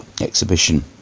exhibition